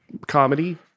Comedy